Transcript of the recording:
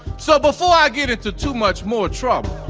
so before i get into too much more trouble,